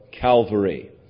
Calvary